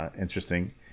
Interesting